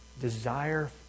Desire